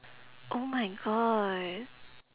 oh my god